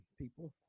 people